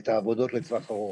ואת התוכניות לטווח הארוך.